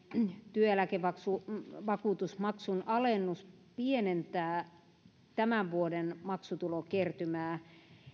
työeläkevakuutusmaksun alennus pienentää tämän vuoden maksutulokertymää